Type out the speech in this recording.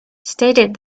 stated